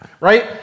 right